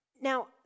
Now